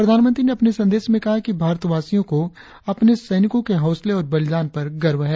प्रधानमंत्री ने अपने संदेश में कहा है कि भारतवासियों को अपने सैनिकों के हौसले और बलिदाण पर गर्व है